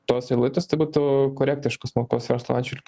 tos eilutės tai būtų korektiška smulkaus verslo atžvilgiu